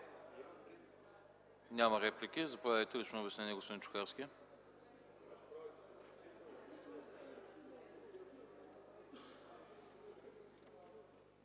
Няма. Заповядайте за лично обяснение, господин Чукарски.